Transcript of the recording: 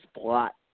plot